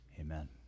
Amen